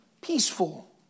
peaceful